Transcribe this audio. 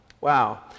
Wow